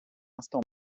instant